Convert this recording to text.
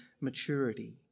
maturity